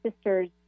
sisters